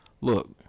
Look